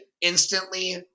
instantly